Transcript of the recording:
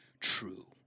true